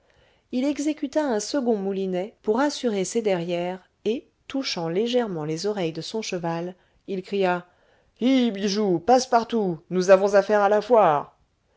il exécuta un second moulinet pour assurer ses derrières et touchant légèrement les oreilles de son cheval il cria hie bijou passe partout nous avons affaire à la foire